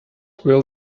will